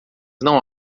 não